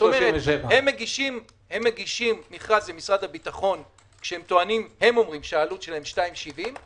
כלומר הם מגישים מכרז למשרד הביטחון שהם אומרים שהעלות שלהם 2.70,